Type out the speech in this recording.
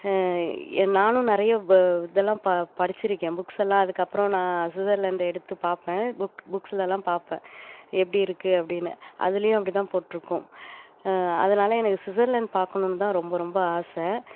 என் நானும் நிறைய வ இதெல்லாம் ப படித்திருக்கேன் புக்ஸ் எல்லாம் அதுக்கப்புறோம் நான் சுஸ்ஸர்லேண்டை எடுத்து பார்ப்பேன் புக் புக்ஸ்லெலாம் பார்ப்பேன் எப்படி இருக்குது அப்படின்னு அதுலையும் அப்படி தான் போட்டிருக்கும் அதனால எனக்கு சுஸ்ஸர்லேண்ட் பார்க்கணுந்தான் ரொம்ப ரொம்ப ஆசை